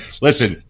listen